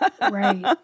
Right